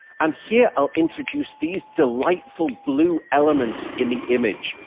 and here, i'll introduce these delightful blue elements in the image.